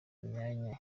imyanya